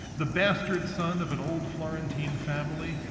the bastard son of an old florentine family,